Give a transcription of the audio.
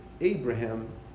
Abraham